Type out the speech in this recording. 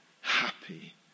happy